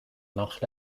nach